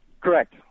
Correct